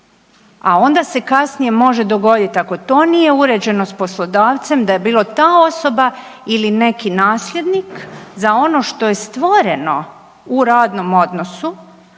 A onda se kasnije može dogoditi, ako to nije uređeno s poslodavcem, da je bilo ta osoba ili neki nasljednik, za ono što je stvoreno u radnom odnosu,